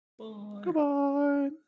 Goodbye